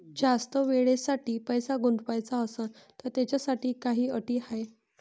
जास्त वेळेसाठी पैसा गुंतवाचा असनं त त्याच्यासाठी काही अटी हाय?